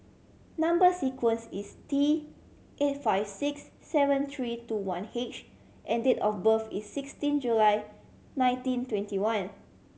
number sequence is T eight five six seven three two one H and date of birth is sixteen July nineteen twenty one